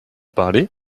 parler